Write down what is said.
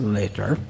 later